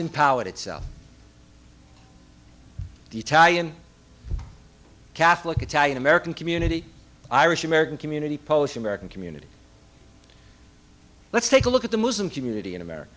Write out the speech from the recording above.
empowered itself the italian catholic italian american community irish american community polish american community let's take a look at the muslim community in america